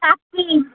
রাখছি